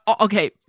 Okay